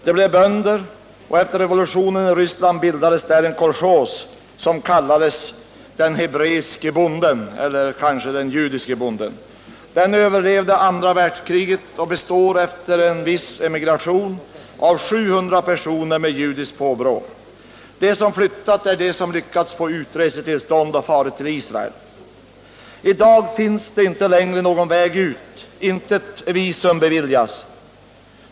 De blev bönder, och efter revolutionen i Ryssland bildades där en kolchos som kallades den hebreiske bonden eller kanske den judiske bonden. Den överlevde andra världskriget och består efter viss emigration av 700 personer med judiskt påbrå. De som flyttat är de som lyckats få utresetillstånd och farit till Israel. I dag finns det inte längre någon väg ut, intet visum beviljas.